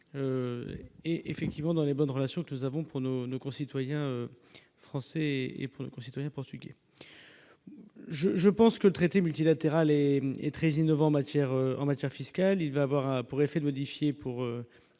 et effectivement dans les bonnes relations que nous avons pour nos, nos concitoyens français et pour les concitoyens portugais je, je pense que le traité multilatéral et est très innovant en matière, en matière fiscale, il va avoir pour effet de modifier pour